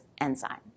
enzyme